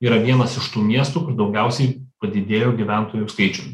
yra vienas iš tų miestų daugiausiai padidėjo gyventojų skaičium